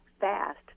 fast